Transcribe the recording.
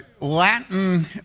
Latin